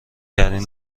ترین